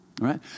right